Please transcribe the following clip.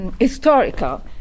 historical